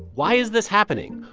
why is this happening?